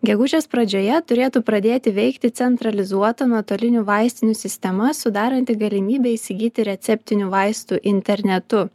gegužės pradžioje turėtų pradėti veikti centralizuota nuotolinių vaistinių sistema sudaranti galimybę įsigyti receptinių vaistų internetu